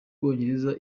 bwongereza